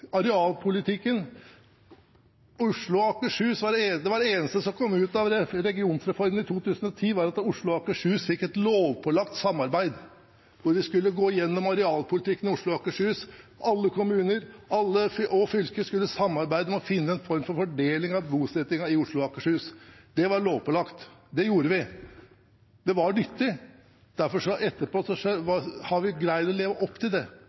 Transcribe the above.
Oslo og Akershus fikk et lovpålagt samarbeid hvor vi skulle gå gjennom arealpolitikken i Oslo og Akershus, alle kommuner og fylkene skulle samarbeide om å finne en form for fordeling av bosettingen i Oslo og Akershus. Det var lovpålagt, og det gjorde vi. Det var nyttig, derfor har vi greid å leve opp til det